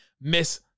miss